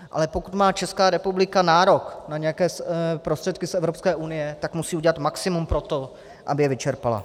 Ale pokud má Česká republika nárok na nějaké prostředky z Evropské unie, tak musí udělat maximum pro to, aby je vyčerpala.